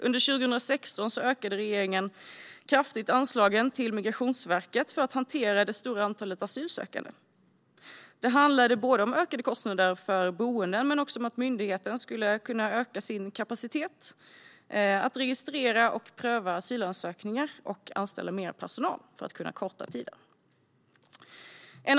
Under 2016 ökade regeringen kraftigt anslagen till Migrationsverket för att hantera det stora antalet asylsökande. Det handlade om ökade kostnader för boenden men också om att myndigheten skulle kunna öka sin kapacitet att registrera och pröva asylansökningar och anställa mer personal för att kunna korta handläggningstiderna.